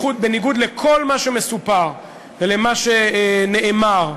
בניגוד לכל מה שמסופר ולמה שנאמר,